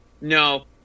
No